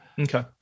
Okay